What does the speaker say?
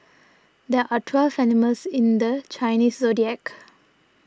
there are twelve animals in the Chinese zodiac